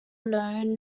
known